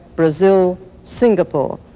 brazil, singapore.